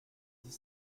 dix